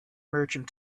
merchant